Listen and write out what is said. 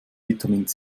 vitamin